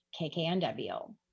kknw